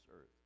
earth